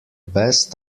best